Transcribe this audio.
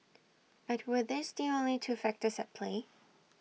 but were these the only two factors at play